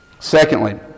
Secondly